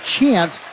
chance